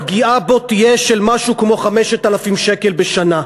הפגיעה בו תהיה של משהו כמו 5,000 שקלים בשנה.